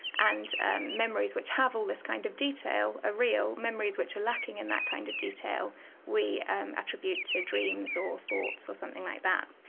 and and memories which have all this kind of detail are real memories which are lacking in that kind of detail we attribute to dreams or thoughts or something like that.